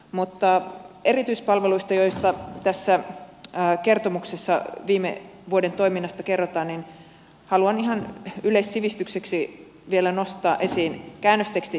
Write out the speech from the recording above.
mutta erityispalveluista joista tässä kertomuksessa viime vuoden toiminnasta kerrotaan haluan ihan yleissivistykseksi vielä nostaa esiin käännöstekstit